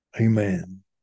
Amen